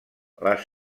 les